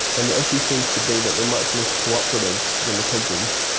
and the issue seems to be that they are much less cooperative than the pigeons.